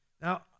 Now